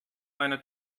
meine